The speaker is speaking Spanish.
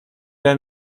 era